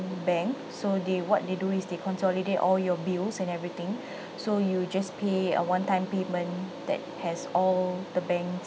bank so they what they do is they consolidate all your bills and everything so you just pay a one time payment that has all the banks